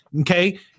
okay